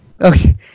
Okay